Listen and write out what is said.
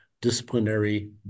disciplinary